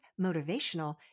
motivational